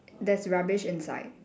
there's rubbish inside